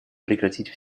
прекратить